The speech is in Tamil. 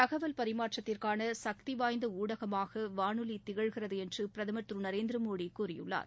தகவல் பரிமாற்றத்திற்கான சக்தி வாய்ந்த ஊடகமாக வானொலி திகழ்கிறது என்று பிரதமர் திரு நரேந்திர மோடி கூறியுள்ளார்